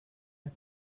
had